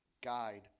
guide